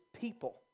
people